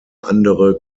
andere